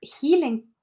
healing